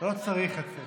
יציג את הצעת